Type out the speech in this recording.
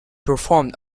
performed